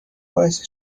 باعث